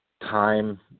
time